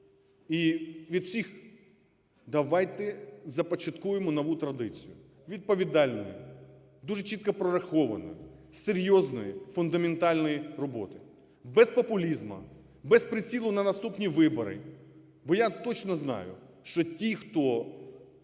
і від всіх: давайте започаткуємо нову традицію, відповідальної, дуже чітко прорахованої, серйозної, фундаментальної роботи, без популізму, без прицілу на наступні вибори. Бо я точно знаю, що ті, хто